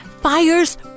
Fire's